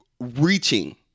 reaching